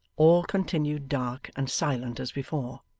all continued dark and silent as before.